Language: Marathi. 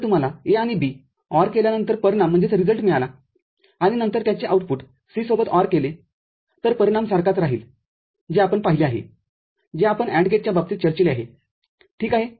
जर तुम्हाला A आणि B OR केल्यानंतर परिणाम मिळाला आणि नंतर त्याचे आउटपुट C सोबत OR केलेतर परिणाम सारखाच राहील जे आपण पाहिले आहे जे आपण AND गेटच्याबाबतीत चर्चिले आहे ठीक आहे